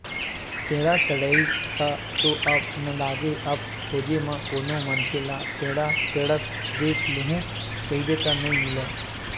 टेंड़ा टेड़ई ह तो अब नंदागे अब खोजे म कोनो मनखे ल टेंड़ा टेंड़त देख लूहूँ कहिबे त नइ मिलय